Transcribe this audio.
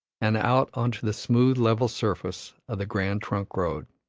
and out on to the smooth, level surface of the grand trunk road.